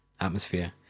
atmosphere